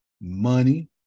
money